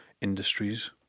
industries